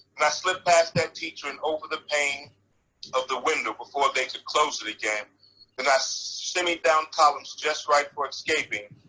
and i slipped past that teacher and over the pane of the window before they could close it again and i so shimmied down columns just right for escaping.